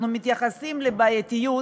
אנחנו מתייחסים לבעייתיות,